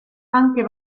anche